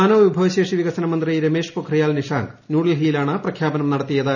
മാനവ വിഭവശേഷി വികസന മന്ത്രി രമേഷ് പൊഖ്റിയാൽ നിഷാങ്ക് ന്യൂഡൽഹിയിലാണ് പ്രഖ്യാപനം നടത്തിയത്